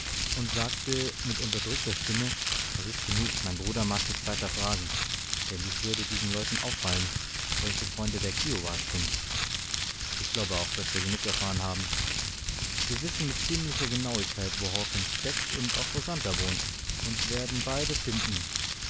und sagte mit unterdrückter stimme es ist genug mein bruder mag nicht weiter fragen denn dies würde diesen leuten auffallen welche freunde der kiowas sind ich glaube auch daß wir genug erfahren haben wir wissen mit ziemlicher genauigkeit wo hawkens steckt und auch wo santer wohnt und werden beide finden